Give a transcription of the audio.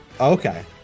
Okay